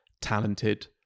talented